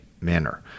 manner